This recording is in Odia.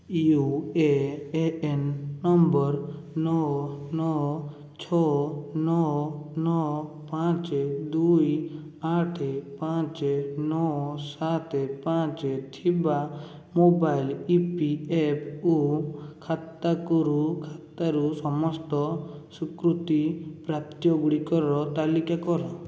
you A A N number ନଅ ନଅ ଛଅ ନଅ ନଅ ପାଞ୍ଚେ ଦୁଇ ଆଠେ ପାଞ୍ଚେ ନଅ ସାତେ ପାଞ୍ଚେ ଥିବା mobile E P F O ଖାତାକରୁ ଖାତାରୁ ସମସ୍ତ ସିକୃତି ପ୍ରାପ୍ତ୍ୟ ଗୁଡ଼ିକର ତାଲିକା କର